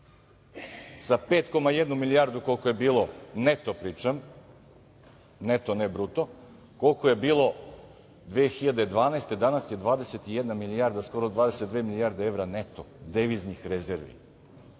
sa 5,1 milijardu, koliko je bilo, neto pričam, neto ne bruto, koliko je bilo 2012. godine, danas je 21 milijarda, skoro 22 milijarde evra neto deviznih rezervi